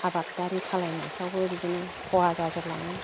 आबादारि खालायनायफ्रावबो बिदिनो खहा जाजोबलाङो